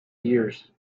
years